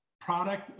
product